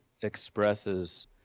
expresses